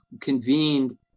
convened